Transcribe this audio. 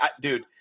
dude